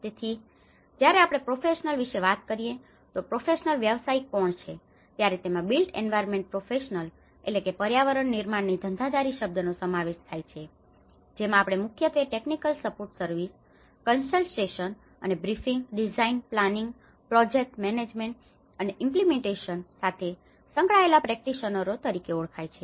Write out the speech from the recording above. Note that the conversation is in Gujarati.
તેથી જ્યારે આપણે પ્રોફેશનલ professional વ્યાવસાયિક વિશે વાત કરીએ છીએ તો પ્રોફેશનલ professional વ્યાવસાયિક કોણ છે ત્યારે તેમાં બિલ્ટ એન્વાયર્નમેન્ટ પ્રોફેશનલbuilt environment professional પર્યાવરણ નિર્માણની ધંધાદારી શબ્દનો સમાવેશ થાય છે જેમાં આપણે મુખ્યત્વે technical support service technical support services તકનીકી સહાયક સેવાઓ કન્સલ્ટેશન consultation પરામર્શ અને briefing design planning project management અને ઇમ્પ્લિમેનટેશન implementation અમલીકરણ સાથે સંકળાયેલા પ્રેક્ટિશનરો તરીકે ઓળખાય છે